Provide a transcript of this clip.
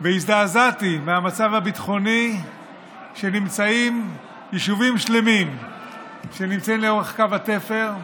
והזדעזעתי מהמצב הביטחוני שנמצאים בו יישובים שלמים לאורך קו התפר,